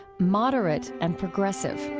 moderate and progressive.